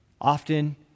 Often